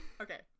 Okay